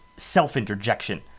self-interjection